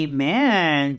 Amen